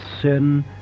sin